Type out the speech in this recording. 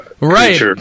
right